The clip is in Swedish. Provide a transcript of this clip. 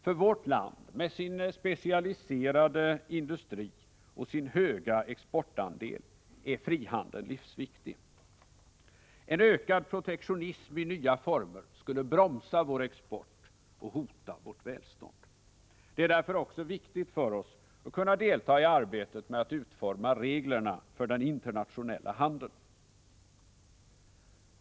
För vårt land, med sin specialiserade industri och höga exportandel, är frihandeln livsviktig. En ökad protektionism i nya former skulle bromsa vår export och hota vårt välstånd. Det är därför också viktigt för oss att kunna delta i arbetet med att utforma reglerna för den internationella handeln.